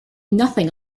nothing